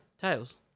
Tails